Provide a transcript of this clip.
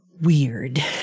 weird